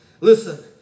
Listen